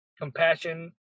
compassion